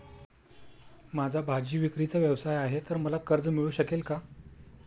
माझा भाजीविक्रीचा व्यवसाय आहे तर मला कर्ज मिळू शकेल का?